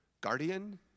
guardian